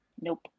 Nope